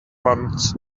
once